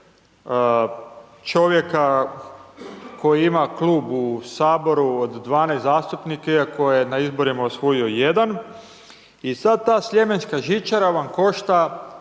čovjeka koji ima klub u Saboru od 12 zastupnika iako je na izborima osvojio jedan. I sad ta sljemenska žičara vam košta